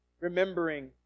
remembering